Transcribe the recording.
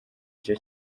icyo